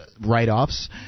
write-offs